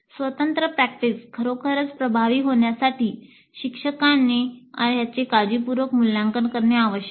स्वतंत्र प्रॅक्टिस खरोखर प्रभावी होण्यासाठी शिक्षकांनी याचे काळजीपूर्वक मूल्यांकन करणे आवश्यक आहे